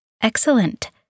Excellent